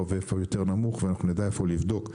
ואיפה הוא יותר נמוך ואנחנו נדע איפה לבדוק,